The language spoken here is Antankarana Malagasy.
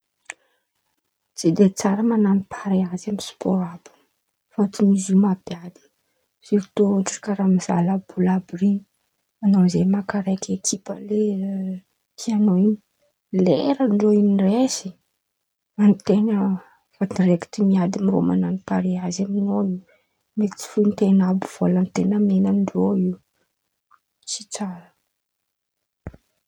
Tsy de tsara man̈ano pareazy amy spaoro àby io fôtiny izy io mampirafy sirtoa ôhatra karàha mizaha laboly àby ren̈y, anao zen̈y maka raiky ekipa tian̈ao in̈y, leran̈ao in̈y resy, an-ten̈a direkity miady amy olo man̈ao pareazy amin̈ao in̈y ndraiky tsy fointen̈a àby volaten̈a omen̈a ndreo in̈y, tsy tsara.